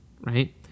right